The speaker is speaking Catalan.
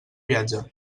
viatge